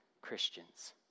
Christians